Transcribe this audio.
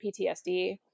PTSD